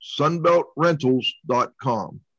SunbeltRentals.com